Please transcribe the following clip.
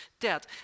debt